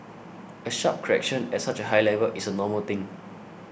a sharp correction at such a high level is a normal thing